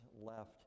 left